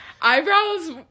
Eyebrows